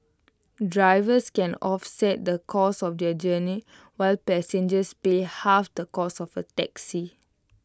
drivers can offset the cost of their journey while passengers pay half the cost of A taxi